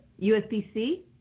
USB-C